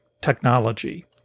technology